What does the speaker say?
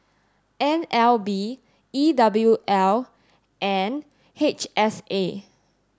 N L B E W L and H S A